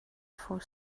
for